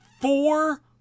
four